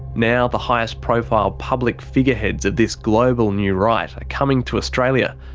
now, the highest profile public figureheads of this global new right are coming to australia,